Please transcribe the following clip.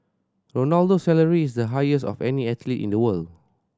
Ronaldo's salary is the highest of any athlete in the world